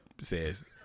says